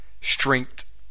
strength